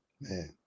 man